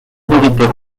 minoritaire